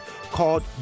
called